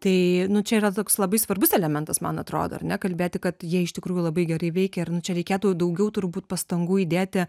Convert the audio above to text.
tai nu čia yra toks labai svarbus elementas man atrodo ar ne kalbėti kad jie iš tikrųjų labai gerai veikia ir nu čia reikėtų daugiau turbūt pastangų įdėti